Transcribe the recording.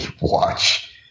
watch